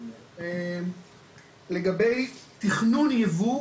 לגבי תכנון הייבוא,